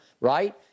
Right